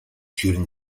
during